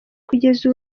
kugeza